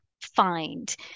find